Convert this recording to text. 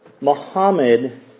Muhammad